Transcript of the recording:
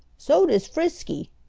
so does frisky,